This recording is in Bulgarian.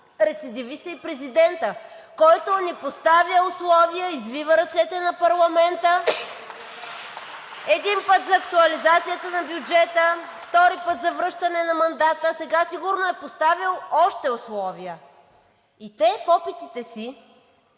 Рецидивист е и президентът, който ни поставя условия, извива ръцете на парламента (ръкопляскания от ГЕРБ-СДС) – един път за актуализацията на бюджета, втори път за връщане на мандата, а сега сигурно е поставил още условия. И те в опитите си